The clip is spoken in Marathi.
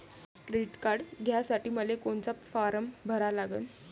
क्रेडिट कार्ड घ्यासाठी मले कोनचा फारम भरा लागन?